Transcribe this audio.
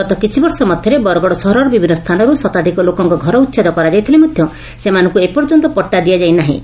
ଗତ କିଛି ବର୍ଷ ମଧାରେ ବରଗଡ଼ ସହରର ବିଭିନ୍ନ ସ୍ଚାନରୁ ଶତାଧିକ ଲୋକଙ୍କ ଘର ଉଛେଦ କରାଯାଇଥିଲେ ମଧ ସେମାନଙ୍କୁ ଏପର୍ଯ୍ୟନ୍ତ ପଟ୍ଟା ଦିଆଯାଇ ନାହିଁ